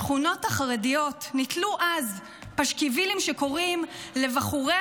בשכונות החרדיות נתלו אז פשקווילים שקוראים לבחורי